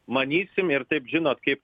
manysim ir taip žinot kaip